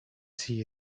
see